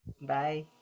Bye